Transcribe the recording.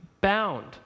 bound